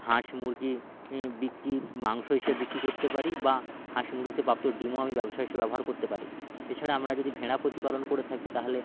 হাঁস মুরগি বিক্রি মাংস হিসাবে বিক্রি করতে পারি বা হাঁস মুরগি থেকে প্রাপ্ত ডিমও আমি ব্যবসা হিসাবে ব্যবহার করতে পারি এছাড়া আমরা যদি ভেড়া প্রতিপালন করে থাকি তাহলে